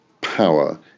power